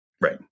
Right